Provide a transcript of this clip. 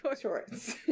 shorts